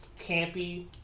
campy